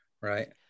right